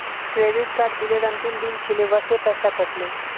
credit card बिलेर अंतिम दिन छिले वसे पैसा कट ले